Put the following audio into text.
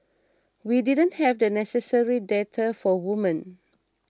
we didn't have the necessary data for women